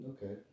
Okay